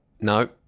no